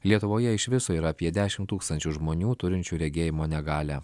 lietuvoje iš viso yra apie dešim tūkstančių žmonių turinčių regėjimo negalią